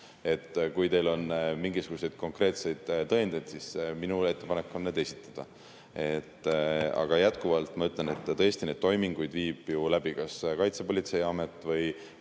Kui teil on mingisuguseid konkreetseid tõendeid, siis minu ettepanek on need esitada. Aga jätkuvalt ma ütlen, et tõesti neid toiminguid viib läbi kas Kaitsepolitseiamet või